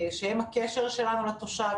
שהם הקשר שלנו לתושב,